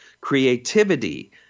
creativity